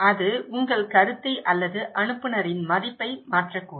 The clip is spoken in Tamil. அது உங்கள் கருத்தை அல்லது அனுப்புநரின் மதிப்பை மாற்றக்கூடும்